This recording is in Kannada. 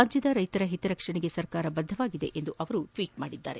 ರಾಜ್ಯದ ರೈತರ ಹಿತರಕ್ಷಣೆಗೆ ಸರ್ಕಾರ ಬದ್ಧವಾಗಿದೆ ಎಂದು ಮುಖ್ಯಮಂತ್ರಿ ಟ್ವೀಟ್ ಮಾಡಿದ್ದಾರೆ